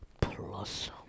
plus